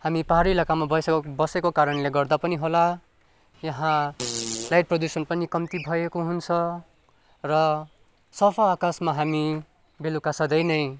हामी पाहाडी इलाकामा बसे बसेको कारणले गर्दा पनि होला यहाँ लाइट प्रदुषण पनि कम्ती भएको हुन्छ र सफा आकाशमा हामी बेलुका सधैँ नै